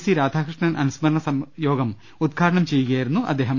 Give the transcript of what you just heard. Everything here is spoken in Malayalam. സി രാധാകൃഷ്ണൻ അനുസ്മരണ യോഗം ഉദ്ഘാടനം ചെയ്യുക യായിരുന്നു അദ്ദേഹം